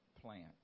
plant